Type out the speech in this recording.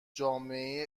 جامعه